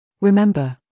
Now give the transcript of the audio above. Remember